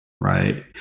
right